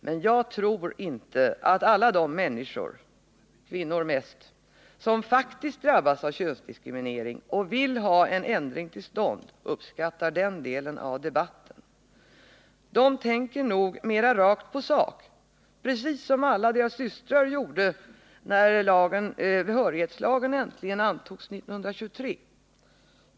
Men jag tror inte att alla de människor — kvinnor — mest som faktiskt drabbas av könsdiskriminering och vill ha en ändring till stånd uppskattar den delen av debatten. De tänker nog mera rakt på sak, precis som alla deras systrar gjorde när behörighetslagen äntligen antogs 1923.